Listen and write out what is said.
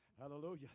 Hallelujah